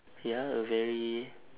ya a very